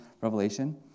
Revelation